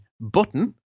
button